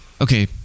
Okay